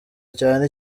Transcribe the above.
cyane